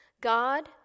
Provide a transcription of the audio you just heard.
God